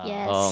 Yes